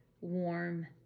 warm